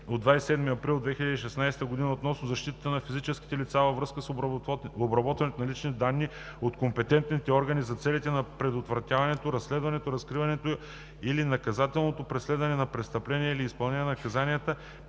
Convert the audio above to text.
от 27 април 2016 година относно защитата на физическите лица във връзка с обработването на лични данни от компетентните органи за целите на предотвратяването, разследването, разкриването или наказателното преследване на престъпления или изпълнението на наказания